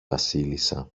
βασίλισσα